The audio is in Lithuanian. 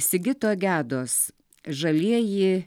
sigito gedos žalieji